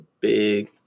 big